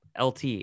LT